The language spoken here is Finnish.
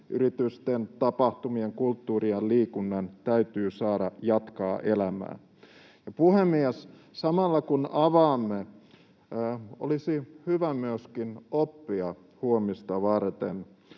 yritysten, tapahtumien, kulttuurin ja liikunnan täytyy saada jatkaa elämää. Puhemies! Samalla kun avaamme, olisi hyvä myöskin oppia huomista varten